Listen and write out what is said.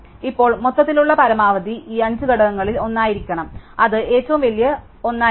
ഇപ്പോൾ മൊത്തത്തിലുള്ള പരമാവധി ഈ അഞ്ച് ഘടകങ്ങളിൽ ഒന്നായിരിക്കണം അത് ഏറ്റവും വലിയ ഒന്നായിരിക്കണം